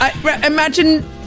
imagine